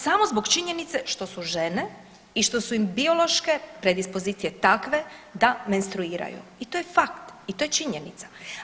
Samo zbog činjenice što su žene i što su im biološke predispozicije takve da menstruiraju i to je fakt i to je činjenica.